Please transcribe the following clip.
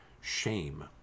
shame